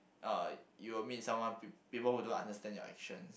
uh you will meet someone peop~ people who don't understand your actions